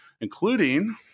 including